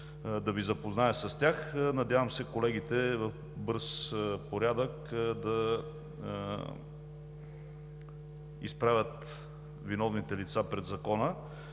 да Ви запозная с тях. Надявам се в бърз порядък колегите да изправят виновните лица пред закона.